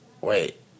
Wait